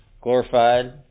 Glorified